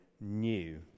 new